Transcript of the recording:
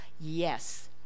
Yes